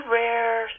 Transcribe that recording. rare